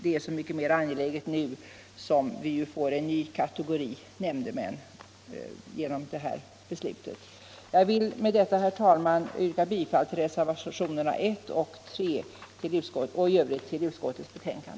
Det är så mycket mer angeläget nu, då vi får en ny kategori nämndemän genom det här beslutet. Jag vill med detta, herr talman, yrka bifall till reservationerna 1 och 3 och i övrigt till utskottets hemställan.